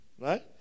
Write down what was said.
Right